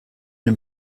dem